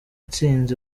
intsinzi